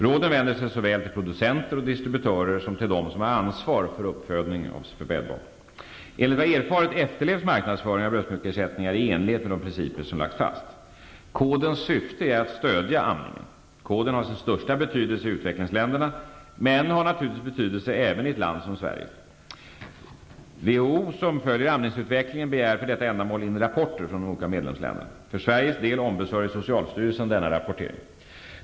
Råden vänder sig såväl till producenter och distributörer som till dem som har ansvar för uppfödning av spädbarn. Enligt vad jag erfarit efterlevs marknadsföringen av bröstmjölksersättningar i enlighet med de principer som lagts fast. Kodens syfte är att stödja amningen. Koden har sin största betydelse i utvecklingsländerna men har naturligtvis betydelse även i ett land som Sverige. WHO, som följer amningsutvecklingen, begär för detta ändamål in rapporter från de olika medlemsländerna. För Sveriges del ombesörjer socialstyrelsen denna rapportering.